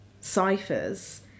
ciphers